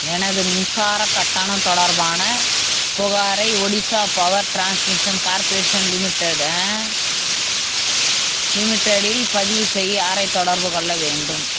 எனது மின்சாரக் கட்டணம் தொடர்பான புகாரை Odisha power transmission corporation limited லிமிடெடில் பதிவு செய்ய யாரை தொடர்பு கொள்ள வேண்டும்